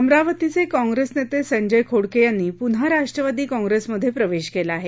अमरावतीचे काँग्रेस नेते संजय खोडके यांनी पुन्हा राष्ट्रवादी काँग्रेसमधे प्रवेश केला आहे